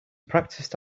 practiced